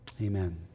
Amen